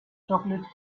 chocolate